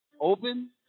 open